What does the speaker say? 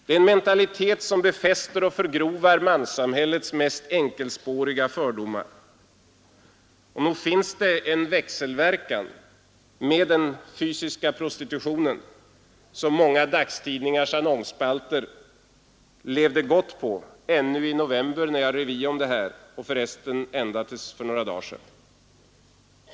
Det är en mentalitet som befäster och förgrovar manssamhällets mest enkelspåriga konventioner och fördomar. Och nog finns här en växelverkan med den fysiska prostitutionen, som många dagstidningars annonsspalter levde gott på ännu i november, när jag rev i om detta — och förresten ända till för några dagar sedan.